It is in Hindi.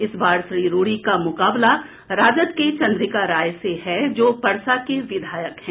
इस बार श्री रूडी का मुकाबला राजद के चंद्रिका राय से है जो परसा के विधायक हैं